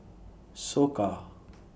Soka